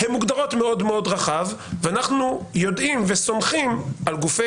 הן מוגדרות מאוד מאוד רחב ואנחנו יודעים וסומכים על גופי